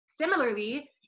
Similarly